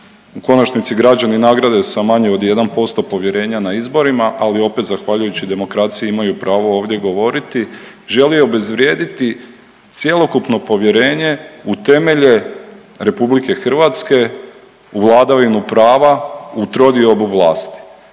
konačnici građani nagrade sa manje od 1% povjerenja na izborima, ali opet zahvaljujući demokraciji imaju pravo ovdje govoriti, žele obezvrijediti cjelokupno povjerenje u temelje RH, u vladavinu prava, u trodiobu vlasti.